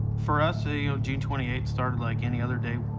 for us, ah you know, june twenty eight started like any other day.